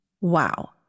Wow